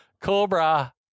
Cobra